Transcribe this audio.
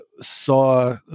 saw